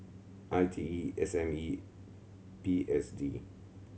I T E S M E P S D